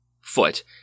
foot